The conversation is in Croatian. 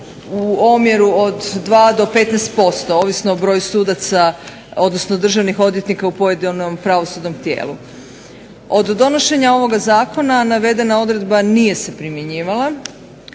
u omjeru od 2 do 15% ovisno o broju sudaca odnosno državnih odvjetnika u pojedinom pravosudnom tijelu. Od donošenja ovoga zakona navedena odredba nije se primjenjivala